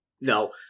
No